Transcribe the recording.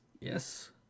Yes